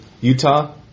Utah